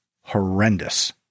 horrendous